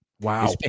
Wow